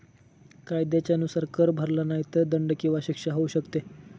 कायद्याच्या नुसार, कर भरला नाही तर दंड किंवा शिक्षा होऊ शकते